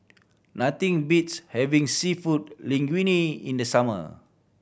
nothing beats having Seafood Linguine in the summer